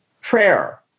prayer